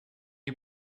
you